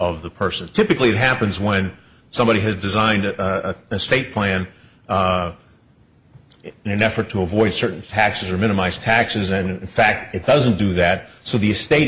of the person typically happens when somebody has designed a estate plan in an effort to avoid certain taxes or minimize taxes and in fact it doesn't do that so the state